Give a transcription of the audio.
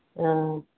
ओ